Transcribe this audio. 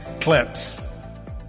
clips